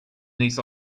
niece